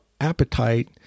appetite